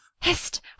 Hist